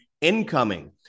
incoming